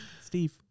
Steve